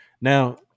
Now